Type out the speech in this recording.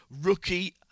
rookie